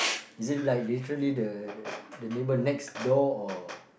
is it like literally the the neighbour next door or